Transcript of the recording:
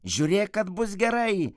žiūrėk kad bus gerai